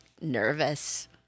nervous